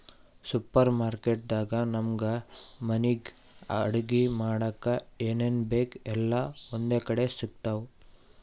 super market ದಾಗ್ ನಮ್ಗ್ ಮನಿಗ್ ಅಡಗಿ ಮಾಡಕ್ಕ್ ಏನೇನ್ ಬೇಕ್ ಎಲ್ಲಾ ಒಂದೇ ಕಡಿ ಸಿಗ್ತಾವ್